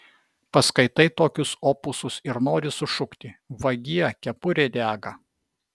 paskaitai tokius opusus ir nori sušukti vagie kepurė dega